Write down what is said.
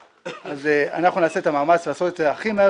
אנחנו נעשה את המאמץ לעשות את זה הכי מהר